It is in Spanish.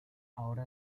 ahora